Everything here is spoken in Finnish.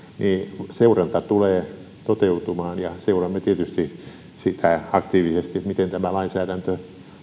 niin seuranta tulee toteutumaan seuraamme tietysti sitä aktiivisesti miten tämä lainsäädäntö